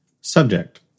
Subject